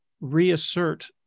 reassert